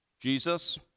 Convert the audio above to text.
Jesus